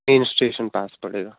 main station पास पड़ेगा